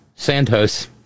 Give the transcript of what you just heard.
Santos